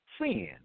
sin